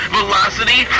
velocity